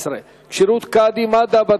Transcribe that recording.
18) (כשירות קאדי מד'הב),